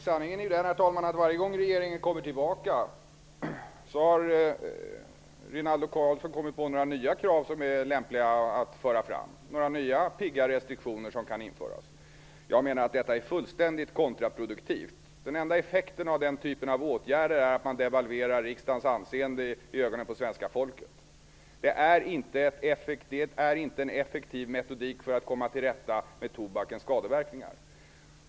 Herr talman! Sanningen är ju den att varje gång regeringen kommer tillbaka har Rinaldo Karlsson kommit på några nya krav som är lämpliga att föra fram, nya pigga restriktioner som kan införas. Jag menar att detta är fullständigt kontraproduktivt. Den enda effekten av den typen av åtgärder är att man devalverar riksdagens anseende hos svenska folket. Det är inte en effektiv metodik för att komma till rätta med tobakens skadeverkningar.